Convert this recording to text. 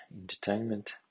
entertainment